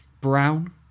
Brown